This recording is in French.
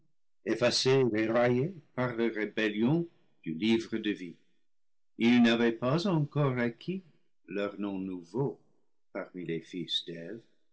par leur rébellion du livre de vie ils n'avaient pas encore acquis leurs noms nouveaux parmi les